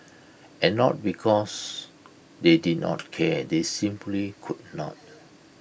and not because they did not care they simply could not